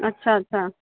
अच्छा अच्छा